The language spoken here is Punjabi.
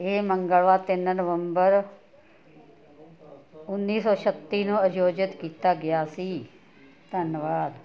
ਇਹ ਮੰਗਲਵਾਰ ਤਿੰਨ ਨਵੰਬਰ ਉੱਨੀ ਸੌ ਛੱਤੀ ਨੂੰ ਆਯੋਜਿਤ ਕੀਤਾ ਗਿਆ ਸੀ ਧੰਨਵਾਦ